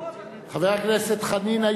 חבר הכנסת חנין,